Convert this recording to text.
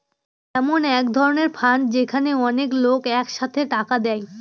এমন এক ধরনের ফান্ড যেখানে অনেক লোক এক সাথে টাকা দেয়